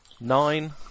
Nine